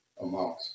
amount